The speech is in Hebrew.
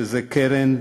וזה קרן,